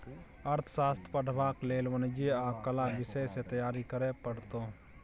अर्थशास्त्र पढ़बाक लेल वाणिज्य आ कला विषय सँ तैयारी करय पड़तौ